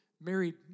married